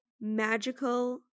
magical